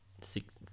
six